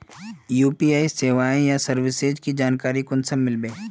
UPI सेवाएँ या services की जानकारी कुंसम मिलबे?